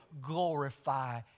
glorify